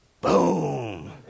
boom